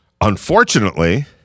Unfortunately